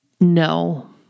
No